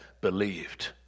believed